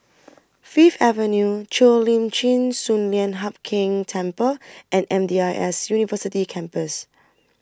Fifth Avenue Cheo Lim Chin Sun Lian Hup Keng Temple and M D I S University Campus